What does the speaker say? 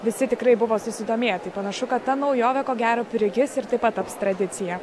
visi tikrai buvo susidomėję tai panašu kad ta naujovė ko gero prigis ir taip pat taps tradicija